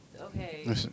Okay